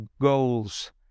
goals